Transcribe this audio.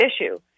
issue